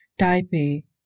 Taipei